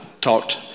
talked